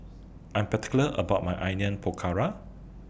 I'm particular about My Onion Pakora